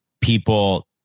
people